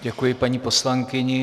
Děkuji paní poslankyni.